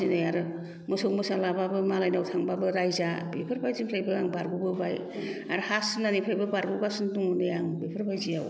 दिनै आरो मोसौ मोसा लाबाबो मालायनाव थांबाबो रायजा बेफोरबायदिनिफ्रायबो आं बारग'बोबाय आरो हा सिमनानिफ्रायबो बारग' गासिनो दं दे आं बेफोबायदियाव